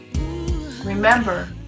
Remember